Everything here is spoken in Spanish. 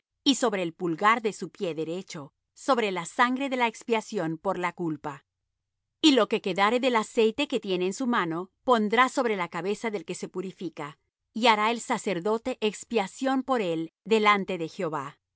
y sobre el pulgar de su pie derecho sobre la sangre de la expiación por la culpa y lo que quedare del aceite que tiene en su mano pondrá sobre la cabeza del que se purifica y hará el sacerdote expiación por él delante de jehová